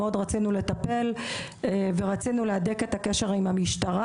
רצינו מאוד לטפל ורצינו להדק את הקשר עם המשטרה,